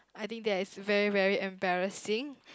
I think that is very very embarrassing